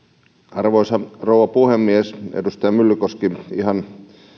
arvoisa rouva puhemies edustaja myllykoski ihan